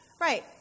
Right